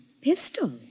Pistol